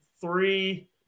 three